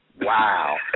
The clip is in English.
Wow